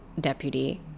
deputy